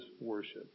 worship